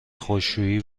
خشکشویی